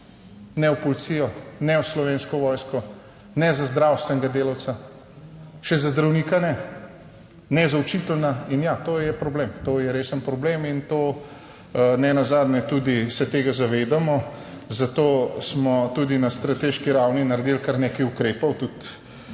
ne v policijo, ne v Slovensko vojsko, ne za zdravstvenega delavca, še za zdravnika ne. Ne za učitelja. In ja, to je problem, to je resen problem in to nenazadnje tudi se tega zavedamo, zato smo tudi na strateški ravni naredili kar nekaj ukrepov, tudi